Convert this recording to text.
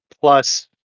Plus